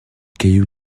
cailloux